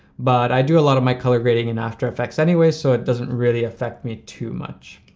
but i do a lot of my color grading in after effects anyway, so it doesn't really affect me too much.